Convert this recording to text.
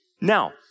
Now